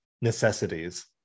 necessities